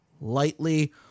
lightly